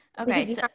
Okay